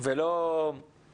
למדי ולא הקראתי.